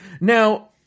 now